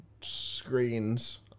screens